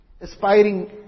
Aspiring